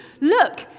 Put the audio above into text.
look